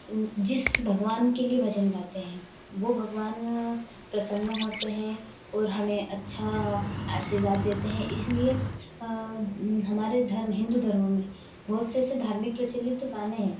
जिस भगवान के लिए भजन गाते हैं वो भगवान प्रसन्न होते हैं ओर हमें अच्छा आशीर्वाद देते हैं इसलिए हमारे धर्म हिन्दू धर्म में बहुत से ऐसे धार्मिक प्रचलित गाने हैं